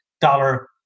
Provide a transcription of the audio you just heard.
dollar